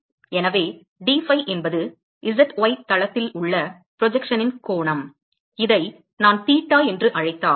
எனவே dphi என்பது z y தளத்தில் உள்ள ப்ரொஜெக்ஷனின் கோணம் இதை நான் தீட்டா என்று அழைத்தால்